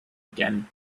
again